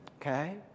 Okay